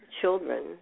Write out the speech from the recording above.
children